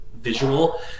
visual